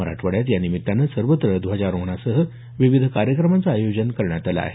मराठवाड्यात या निमित्तानं सर्वत्र ध्वजारोहणासह विविध कार्यक्रमांचं आयोजन करण्यात आलं आहे